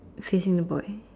facing the boy